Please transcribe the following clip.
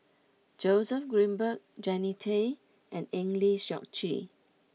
Joseph Grimberg Jannie Tay and Eng Lee Seok Chee